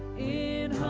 in